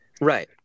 Right